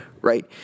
right